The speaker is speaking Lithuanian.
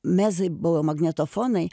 mezai buvo magnetofonai